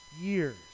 years